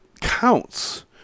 counts